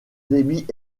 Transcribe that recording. débit